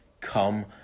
come